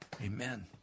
Amen